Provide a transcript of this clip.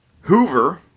Hoover